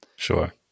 Sure